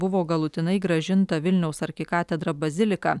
buvo galutinai grąžinta vilniaus arkikatedra bazilika